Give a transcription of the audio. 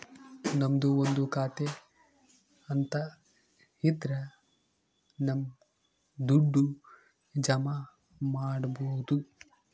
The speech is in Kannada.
ನಮ್ದು ಒಂದು ಖಾತೆ ಅಂತ ಇದ್ರ ನಮ್ ದುಡ್ಡು ಜಮ ಮಾಡ್ಬೋದು